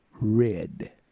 red